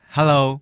Hello